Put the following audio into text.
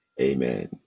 Amen